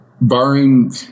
barring